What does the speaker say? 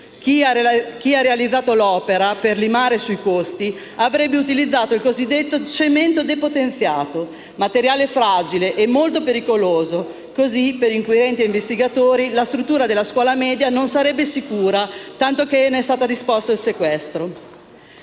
Chi ha realizzato l'opera, per limare sui costi, avrebbe utilizzato il cosiddetto cemento depotenziato, materiale fragile e molto pericoloso. Così, per inquirenti e investigatori la struttura della scuola media non sarebbe sicura, tanto che ne è stato disposto il sequestro.